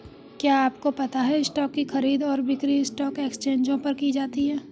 क्या आपको पता है स्टॉक की खरीद और बिक्री स्टॉक एक्सचेंजों पर की जाती है?